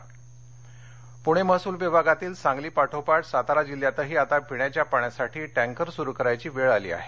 tanker Satara Pune महसूल विभागातील सांगली पाठोपाठ सातारा जिल्ह्यातही आता पिण्याच्या पाण्यासाठी टँकर सुरु करण्याची वेळ आली आहे